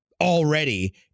already